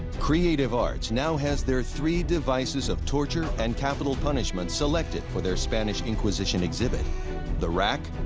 creative arts now has their three devices of torture and capital punishment selected for their spanish inquisition exhibit the rack,